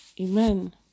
Amen